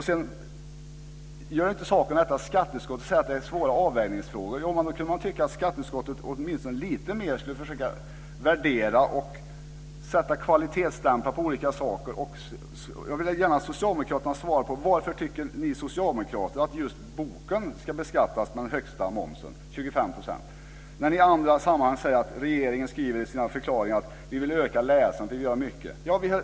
Sedan gör det inte saken bättre att skatteutskottet säger att det här är svåra avvägningsfrågor. Då kan man tycka att skatteutskottet åtminstone lite mer skulle försöka värdera och sätta kvalitetsstämplar på olika saker. Jag vill gärna att socialdemokraterna svarar på varför ni tycker att just boken ska beskattas med den högsta momsen, 25 %. I andra sammanhang säger ni, och regeringen skriver i sina förklaringar, att ni vill öka läsandet osv.